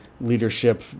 leadership